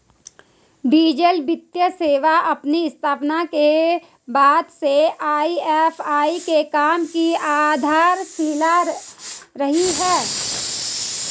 digital वित्तीय सेवा अपनी स्थापना के बाद से ए.एफ.आई के काम की आधारशिला रही है